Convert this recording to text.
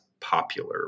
Popular